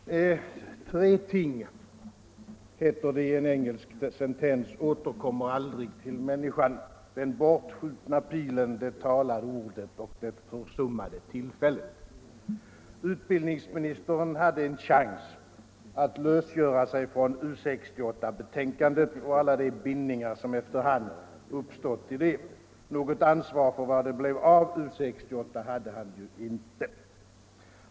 Herr talman! Uppfyller reformen de utbildningsmål som utbildningsministern så vackert utvecklade i sitt anförande och som alla — även vi som i mycket är kritiska mot den föreslagna reformens utformning —- i stort sett kan ansluta sig till? Svaret blir att den knappast gör det, i den form som högskolan nu skall stöpas i om propositionen bifalles - som utbildningsutskottet föreslår och som tycks komma att ske. Tre ting, heter det i en engelsk sentens, återkommer aldrig till människan: den bortskjutna pilen, det talade ordet och det försummade tillfället. Utbildningsministern hade en chans att lösgöra sig från U 68-betänkandet och alla de bindningar som efter hand har uppstått till det. Något ansvar för vad det blev av U 68 hade han ju inte.